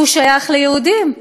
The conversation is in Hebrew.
שהוא שייך ליהודים.